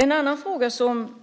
En annan fråga som